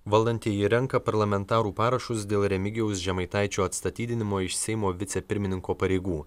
valdantieji renka parlamentarų parašus dėl remigijaus žemaitaičio atstatydinimo iš seimo vicepirmininko pareigų